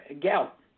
gout